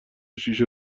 شیشه